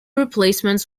replacements